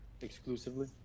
exclusively